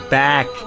back